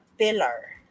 pillar